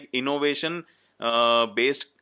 innovation-based